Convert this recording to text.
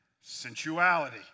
sensuality